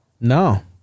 No